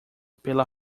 pela